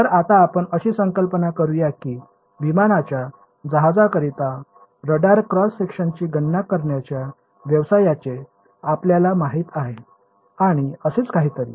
तर आता आपण अशी कल्पना करूया की विमानाच्या जहाजांकरिता रडार क्रॉस सेक्शनची गणना करण्याच्या व्यवसायाचे आपल्याला माहित आहे आणि असेच काहीतरी